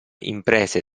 imprese